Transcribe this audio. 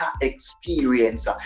experience